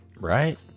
Right